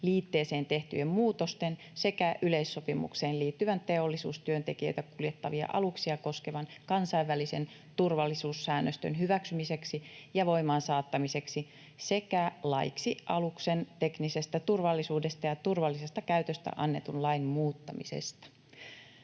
liitteeseen tehtyjen muutosten sekä yleissopimukseen liittyvän teollisuustyöntekijöitä kuljettavia aluksia koskevan kansainvälisen turvallisuussäännöstön hyväksymiseksi ja voimaansaattamiseksi sekä laiksi aluksen teknisestä turvallisuudesta ja turvallisesta käytöstä annetun lain muuttamisesta.